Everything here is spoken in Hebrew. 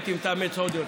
הייתי מתאמץ עוד יותר.